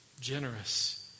generous